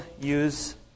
use